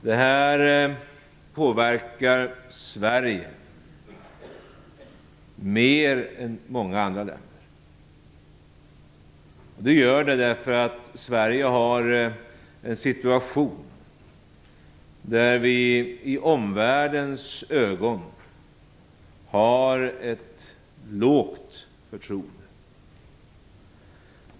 Detta påverkar Sverige mer än många andra länder eftersom Sverige är i en situation där vi har ett lågt förtroende i omvärldens ögon.